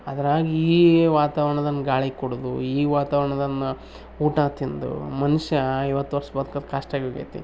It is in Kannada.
ಅದ್ರಾಗೆ ಈ ವಾತಾವರಣದಾನ ಗಾಳಿ ಕುಡಿದು ಈ ವಾತಾವರಣದಾನ ಊಟ ತಿಂದು ಮನುಷ್ಯ ಐವತ್ತು ವರ್ಷ ಬದುಕೋದು ಕಷ್ಟ ಆಗ್ಯೋಗೇತಿ